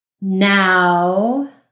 Now